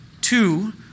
Two